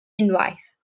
unwaith